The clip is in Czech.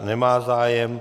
Nemá zájem.